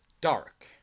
dark